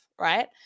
right